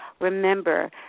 remember